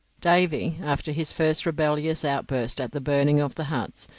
davy, after his first rebellious outburst at the burning of the huts,